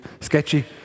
sketchy